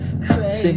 Say